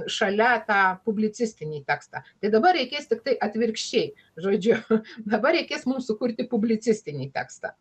šalia tą publicistinį tekstą tai dabar reikės tiktai atvirkščiai žodžiu dabar reikės mums sukurti publicistinį tekstą